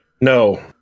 No